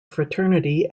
fraternity